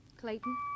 Clayton